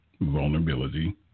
Vulnerability